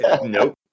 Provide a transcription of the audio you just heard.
nope